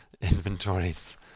Inventories